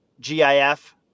GIF